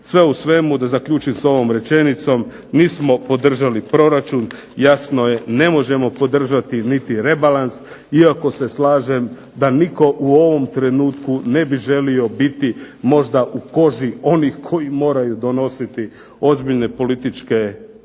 Sve u svemu, da zaključim sa ovom rečenicom mi nismo podržali proračun. Jasno je ne možemo podržati niti rebalans, iako se slažem da nitko u ovom trenutku ne bi želio biti možda u koži onih koji moraju donositi ozbiljne političke odluke